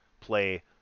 play